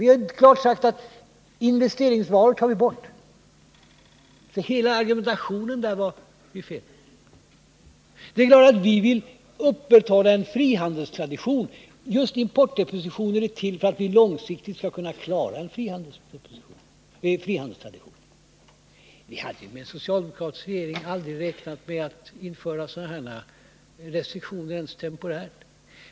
Vi har klart sagt att investeringsvaror skall undantas. Företagarnas hela argumentation är felaktig. Vi vill givetvis upprätthålla en frihandelstradition. Just importdepositionerna är till för att vi långsiktigt skall kunna fullfölja en frihandelstradition. Med en socialdemokratisk regering hade vi aldrig räknat med att behöva införa sådana här restriktioner ens temporärt.